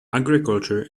agriculture